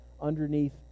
underneath